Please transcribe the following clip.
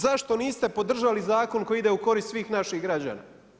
Zašto niste podržali zakon koji ide u korist svih naših građana?